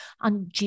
on